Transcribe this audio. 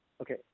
okay